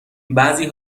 بعضی